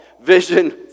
Vision